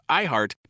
iHeart